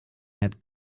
had